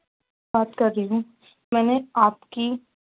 بات کر رہی ہوں میں نے آپ کی